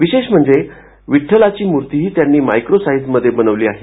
विशेष म्हणजे विठ्ठलाची मूर्तीही त्यांनी मायक्रो साईज मध्ये बनवली आहे